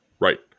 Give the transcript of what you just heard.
Right